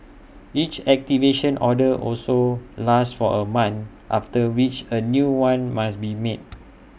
each activation order also lasts for A month after which A new one must be made